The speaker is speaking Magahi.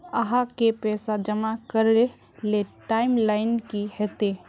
आहाँ के पैसा जमा करे ले टाइम लाइन की होते?